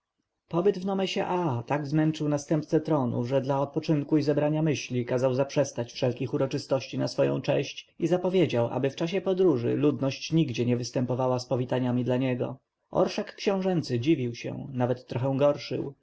pobyt w nomesie aa tak zmęczył następcę tronu że dla odpoczynku i zebrania myśli kazał zaprzestać wszelkich uroczystości na swoją cześć i zapowiedział aby w czasie podróży ludność nigdzie nie występowała z powitaniami dla niego orszak książęcy dziwił się nawet trochę gorszył